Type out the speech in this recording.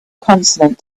consonant